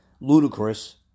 ludicrous